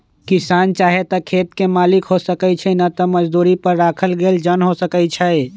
किसान चाहे त खेत के मालिक हो सकै छइ न त मजदुरी पर राखल गेल जन हो सकै छइ